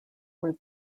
were